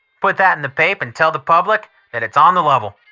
put that in the pape and tell the public that it's on the level.